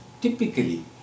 typically